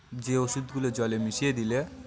যে ওষুধগুলো জলে মিশিয়ে দিলে